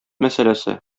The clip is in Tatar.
мәсьәләсе